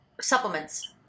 supplements